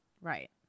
Right